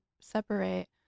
separate